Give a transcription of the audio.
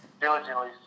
diligently